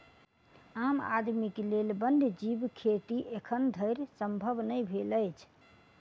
आम आदमीक लेल वन्य जीव खेती एखन धरि संभव नै भेल अछि